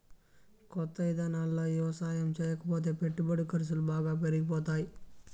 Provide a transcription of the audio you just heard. కొత్త ఇదానాల్లో యవసాయం చేయకపోతే పెట్టుబడి ఖర్సులు బాగా పెరిగిపోతాయ్